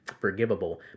forgivable